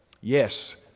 Yes